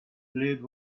lid